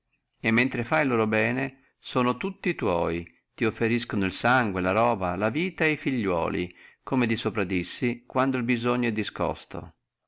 e mentre fai loro bene sono tutti tua ófferonti el sangue la roba la vita e figliuoli come di sopra dissi quando il bisogno è discosto